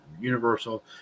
Universal